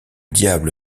diable